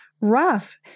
rough